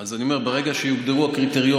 אז אני אומר: ברגע שיוגדרו הקריטריונים.